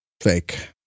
fake